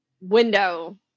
window